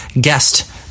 guest